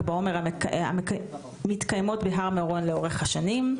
בעומר המתקיימות בהר מירון לאורך השנים,